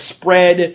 spread